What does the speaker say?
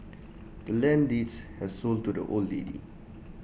the land's deeds has sold to the old lady